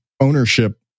ownership